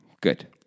Good